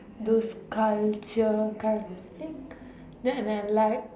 those culture kind of thing then I like